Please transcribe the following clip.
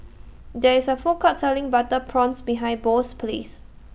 There IS A Food Court Selling Butter Prawns behind Bo's House